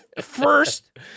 first